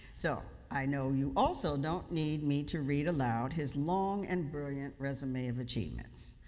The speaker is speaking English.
so, i know you also don't need me to read aloud his long and brilliant resume of achievements.